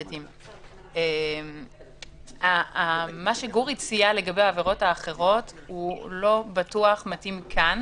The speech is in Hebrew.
מה שגור הציע לגבי העבירות האחרות לא בטוח מתאים כאן.